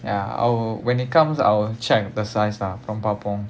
ya I'll when it comes I will check the size lah அப்புறம் பாப்போம்:appuram paappom